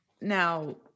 Now